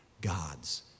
God's